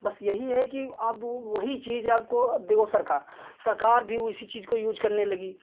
बस यही है कि अब वही चीज़ आपको देखो सरकार सरकार भी उसी चीज़ को यूज़ करने लगी